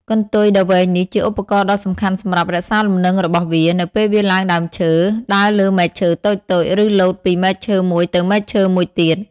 កន្ទុយដ៏វែងនេះជាឧបករណ៍ដ៏សំខាន់សម្រាប់ រក្សាលំនឹងរបស់វា នៅពេលវាឡើងដើមឈើ ដើរលើមែកឈើតូចៗ ឬលោតពីមែកឈើមួយទៅមែកឈើមួយទៀត។